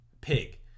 Pig